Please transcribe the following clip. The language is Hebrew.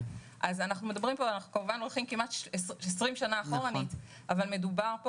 זה כמובן לפני כמעט 20 שנים אבל מדובר פה